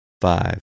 five